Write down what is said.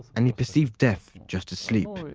and he perceived death just as sleep.